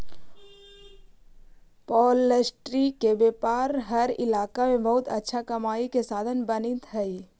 poultry के व्यापार हर इलाका में बहुत अच्छा कमाई के साधन बनित हइ